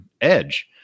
edge